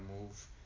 move